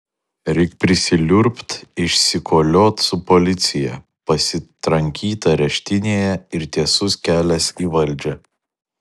reik prisiliurbt išsikoliot su policija pasitrankyt areštinėje ir tiesus kelias į valdžią